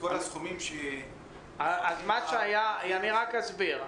אני רק אסביר.